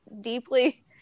deeply